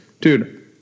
Dude